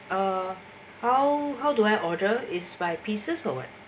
uh how how do I order is by pieces or what